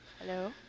Hello